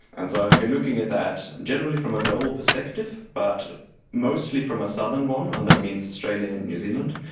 and so i've been looking at that generally from a global perspective, but mostly from a southern one, and that means australia and new zealand.